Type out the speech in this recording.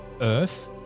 earth